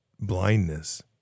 blindness